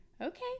Okay